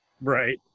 Right